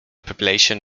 population